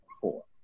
four